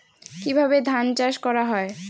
কিভাবে ধান চাষ করা হয়?